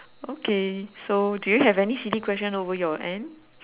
okay so do you have any silly question over your end